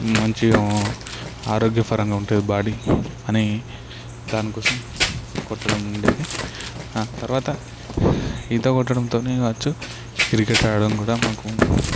మంచిగా ఆరోగ్యపరంగా ఉంటుంది బాడీ అని దానికోసం కొట్టడం ఉండేది ఆ తర్వాత ఈత కొట్టడంతోనే కావచ్చు క్రికెట్ ఆడటం కూడా మాకు